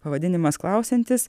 pavadinimas klausiantis